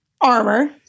armor